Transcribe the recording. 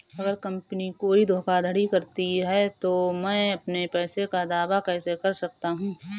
अगर कंपनी कोई धोखाधड़ी करती है तो मैं अपने पैसे का दावा कैसे कर सकता हूं?